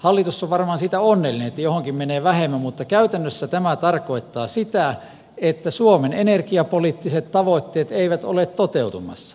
hallitus on varmaan siitä onnellinen että johonkin menee vähemmän mutta käytännössä tämä tarkoittaa sitä että suomen energiapoliittiset tavoitteet eivät ole toteutumassa